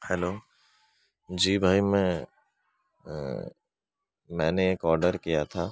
hello جی بھائی میں میں نے ایک آرڈر کیا تھا